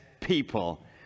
people